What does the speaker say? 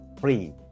free